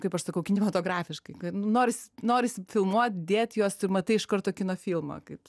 kaip aš sakau kinematografiški nors norisi filmuot dėt juos matai iš karto kino filmą kaip